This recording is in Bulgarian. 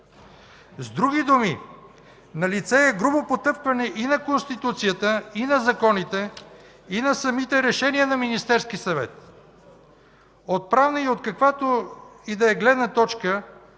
С други думи, налице е грубо потъпкване и на Конституцията, и на законите, и на самите решения на Министерския съвет. От правна и от каквато и да е гледна точка